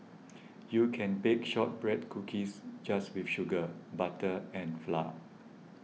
you can bake Shortbread Cookies just with sugar butter and flour